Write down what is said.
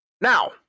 Now